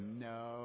no